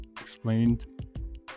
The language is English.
explained